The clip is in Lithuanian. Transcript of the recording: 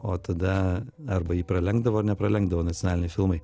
o tada arba jį pralenkdavo ar nepralenkdavo nacionaliniai filmai